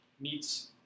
meets